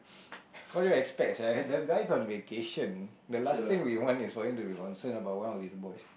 what do you expect sia the guy on vacation the last thing we want is for him to be concerned about one of his boys